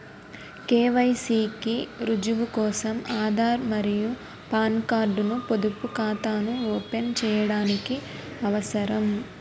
KYC కి రుజువు కోసం ఆధార్ మరియు పాన్ కార్డ్ ను పొదుపు ఖాతాను ఓపెన్ చేయడానికి అవసరం